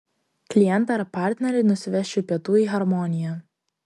klientą ar partnerį nusivesčiau pietų į harmoniją